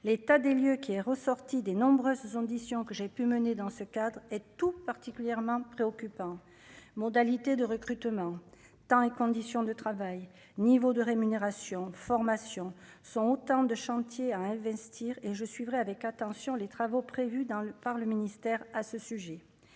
l'état des lieux, qui est ressorti des nombreuses ambitions que j'ai pu mener dans ce cadre, et tout particulièrement préoccupant, modalités de recrutement dans les conditions de travail, niveau de rémunération, de formation, sont autant de chantiers à investir et je suivrai avec attention les travaux prévus dans le par le ministère à ce sujet,